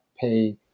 pay